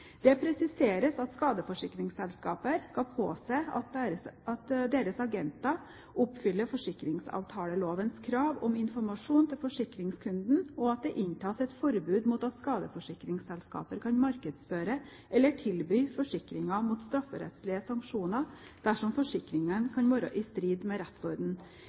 Det presiseres at skadeforsikringsselskaper skal påse at deres agenter oppfyller forsikringsavtalelovens krav om informasjon til forsikringskunden, og at det inntas et forbud mot at skadeforsikringsselskaper kan markedsføre eller tilby forsikringer mot strafferettslige sanksjoner dersom forsikringen kan være i strid med